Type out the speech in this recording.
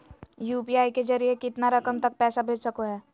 UPI के जरिए कितना रकम तक पैसा भेज सको है?